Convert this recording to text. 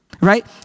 Right